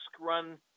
run